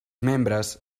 membres